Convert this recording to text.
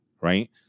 right